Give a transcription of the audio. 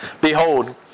Behold